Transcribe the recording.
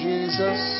Jesus